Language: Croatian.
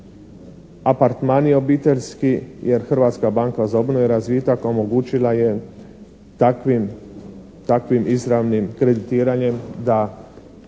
apartmani obiteljski jer Hrvatska banka za obnovu i razvitak omogućila je takvim izravnim kreditiranjem da i ljudi